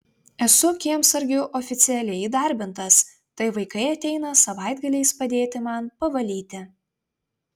esu kiemsargiu oficialiai įdarbintas tai vaikai ateina savaitgaliais padėti man pavalyti